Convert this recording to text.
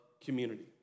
community